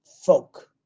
folk